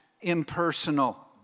impersonal